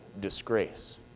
disgrace